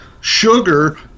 Sugar